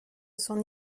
son